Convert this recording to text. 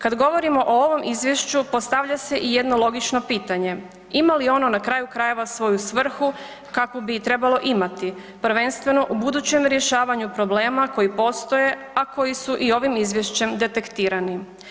Kad govorimo o ovom izvješću postavlja se i jedno logično pitanje, ima li ono na kraju krajeva svoju svrhu kakvu bi trebalo imati, prvenstveno u budućem rješavanju problema koji postoje, a koji su i ovim izvješćem detektirani.